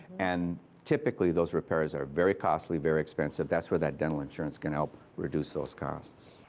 and typically those repairs are very costly, very expensive. that's where that dental insurance can help reduce those costs.